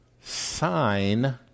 sign